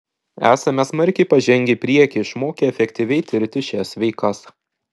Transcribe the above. esame smarkiai pažengę į priekį išmokę efektyviai tirti šias veikas